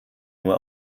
nur